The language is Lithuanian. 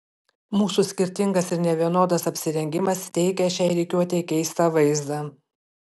mūsų skirtingas ir nevienodas apsirengimas teikė šiai rikiuotei keistą vaizdą